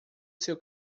seu